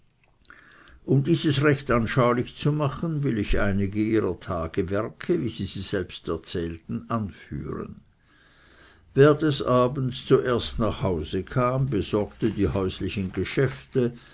um dieses recht anschaulich zu machen will ich einige ihrer tagwerke wie sie sie selbst erzählten anführen wer des abends zuerst nach hause kam besorgte die häuslichen geschäfte